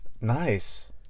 Nice